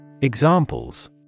Examples